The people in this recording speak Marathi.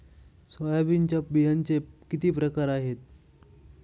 सोयाबीनच्या बियांचे किती प्रकार आहेत?